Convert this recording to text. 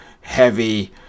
heavy